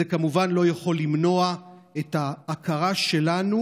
זה כמובן לא יכול למנוע את ההכרה שלנו